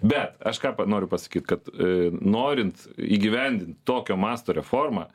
bet aš ką noriu pasakyt kad aa norint įgyvendint tokio masto reformą